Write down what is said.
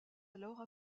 alors